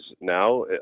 now